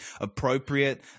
appropriate